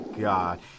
god